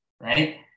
right